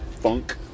Funk